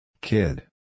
Kid